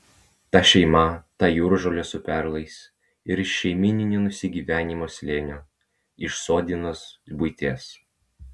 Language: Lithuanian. ta šeima ta jūržolė su perlais ir iš šeimyninio nusigyvenimo slėnio iš suodinos buities